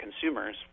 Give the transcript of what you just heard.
consumers